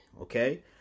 okay